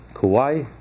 Kauai